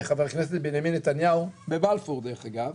חבר הכנסת בנימין נתניהו בבלפור דרך אגב,